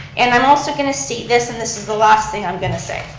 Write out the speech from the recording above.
and i'm also going to state this, and this is the last thing i'm going to say.